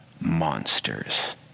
monsters